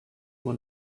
nur